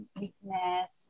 weakness